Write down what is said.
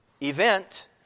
event